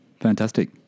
fantastic